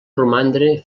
romandre